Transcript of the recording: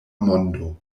mondo